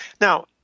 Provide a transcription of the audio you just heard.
Now